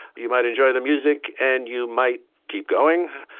you might enjoy the music and you might keep going.